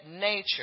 nature